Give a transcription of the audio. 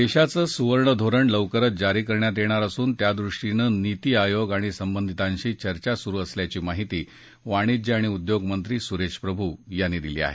देशाचं सुवर्ण धोरण लवकरच जारी करण्यात येणार असून त्यादृष्टीनं नीती आयोग आणि संबंधितांशी चर्चा सुरु असल्याची माहिती वाणिज्य आणि उद्योगमंत्री सुरेश प्रभू यांनी दिली आहे